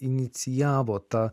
inicijavo tą